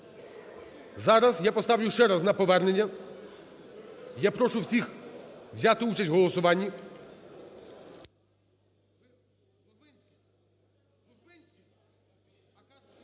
Зараз я поставлю ще раз на повернення. Я прошу всіх взяти участь в голосуванні.